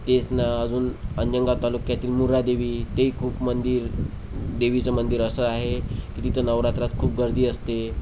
तेच ना अजून अंजनगाव तालुक्यातील मुऱ्हादेवी तेही खूप मंदिर देवीचं मंदिर असं आहे की जिथं नवरात्रात खूप गर्दी असते